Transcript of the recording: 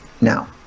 now